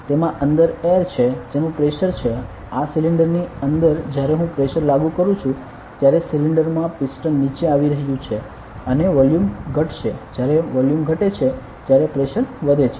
તેમાં અંદર એર છે તેનું પ્રેશર છે આ સિલિન્ડર ની અંદર જ્યારે હું પ્રેશર લાગુ કરું છું ત્યારે સિલિન્ડર મા પિસ્ટન નીચે આવી રહ્યું છે અને વોલ્યુમ ઘટશે જ્યારે વોલ્યુમ ઘટે છે ત્યારે પ્રેશર વધે છે